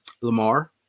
Lamar